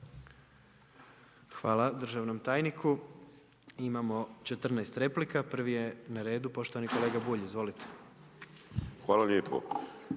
Hvala državnom tajniku. Imamo 14 replika. Prvi je na redu poštovani kolega Bulj, izvolite. **Bulj,